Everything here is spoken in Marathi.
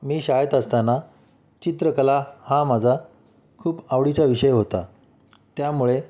मी शाळेत असताना चित्रकला हा माझा खूप आवडीचा विषय होता त्यामुळे